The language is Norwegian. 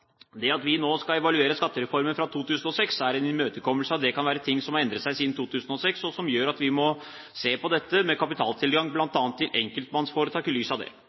at vi nå også skal evaluere skattereformen fra 2006, er en imøtekommelse av at det kan være ting som har endret seg siden 2006, og som gjør at en må se på dette med kapitaltilgang bl.a. til enkeltmannsforetak i lys av det.